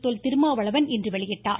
தொல் திருமாவளவன் இன்று வெளியிட்டார்